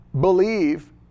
believe